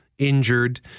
injured